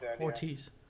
Ortiz